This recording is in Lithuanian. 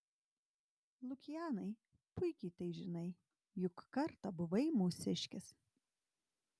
lukianai puikiai tai žinai juk kartą buvai mūsiškis